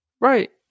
right